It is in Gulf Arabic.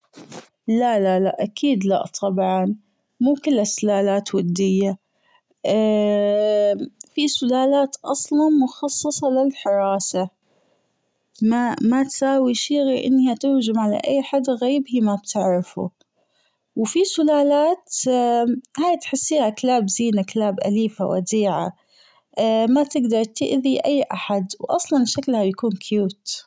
لا لا لأ أكيد لأ طبعا مو بكل السلالات ودية في سلالات أصلا مخصصة للحراسة ما ماتساوي شي غير أنها تهجم على أي حدا غريب هي مابتعرفه وفي سلالات هي تحسيها كلاب زينة كلاب أليفة وديعة ماتجدر تأذي أي أحد اصلا شكلها بيكون كيوت.